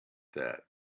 that